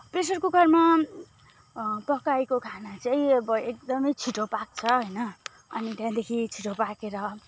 pressure कुकरमा पकाएको खाना चाहिँ अब एकदमै छिटो पाक्छ होइन अनि त्यहाँदेखि छिटो पाकेर